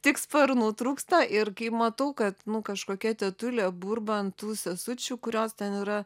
tik sparnų trūksta ir kai matau kad kažkokia tetulė burba ant tų sesučių kurios ten yra